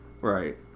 Right